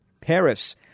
Paris